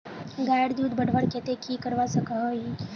गायेर दूध बढ़वार केते की करवा सकोहो ही?